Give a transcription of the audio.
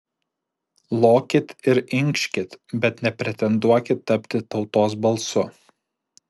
lokit ir inkškit bet nepretenduokit tapti tautos balsu